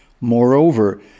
Moreover